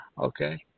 Okay